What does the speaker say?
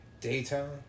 Daytime